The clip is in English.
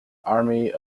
army